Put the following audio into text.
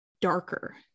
darker